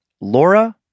Laura